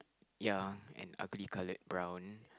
ya and ugly colored brown